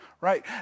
Right